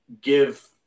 give